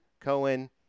Cohen